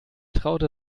traute